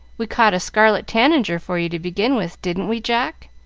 we caught a scarlet-tanager for you to begin with, didn't we, jack?